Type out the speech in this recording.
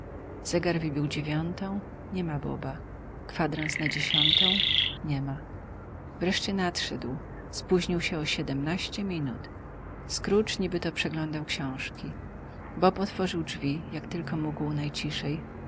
zegar wybił dziewiątą niema boba kwadrans na dziesiątą niema wreszcie nadszedł spóźnił się o siedemnaście minut scrooge nibyto przeglądał książki bob otworzył drzwi jak tylko mógł najciszej